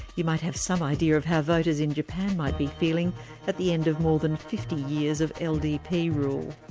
you might have some idea of how voters in japan might be feeling at the end of more than fifty years of ldp rule.